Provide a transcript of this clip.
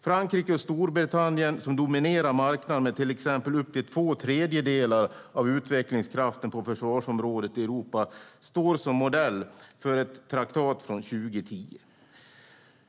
Frankrike och Storbritannien som dominerar marknaden med upp till två tredjedelar av utvecklingskraften på försvarsområdet i Europa står som modell för ett traktat från 2010.